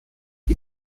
die